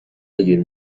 نگیر